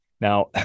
Now